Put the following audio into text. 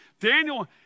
Daniel